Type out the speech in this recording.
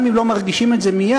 גם אם לא מרגישים את זה מייד,